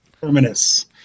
terminus